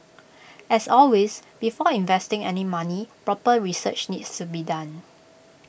as always before investing any money proper research needs to be done